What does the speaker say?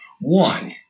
One